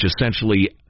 essentially